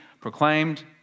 proclaimed